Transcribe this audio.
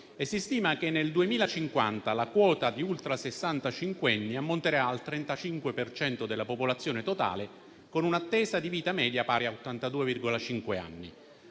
e si stima che nel 2050 la quota di ultrasessantacinquenni ammonterà al 35 per cento della popolazione totale, con un'attesa di vita media pari a 82,5 anni.